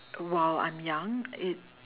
while I'm young it